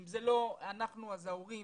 ואם זה לא אנחנו אלה ההורים,